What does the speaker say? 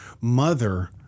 mother